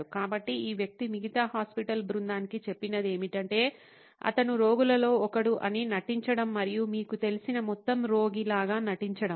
కాబట్టి ఈ వ్యక్తి మిగతా హాస్పిటల్ బృందానికి చెప్పినది ఏమిటంటే అతను రోగులలో ఒకడు అని నటించడం మరియు మీకు తెలిసిన మొత్తం రోగి లాగ నటించడం